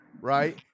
right